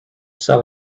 sell